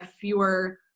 fewer